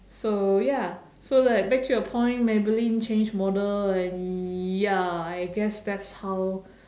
so ya so like back to your point maybelline change model and ya I guess that's how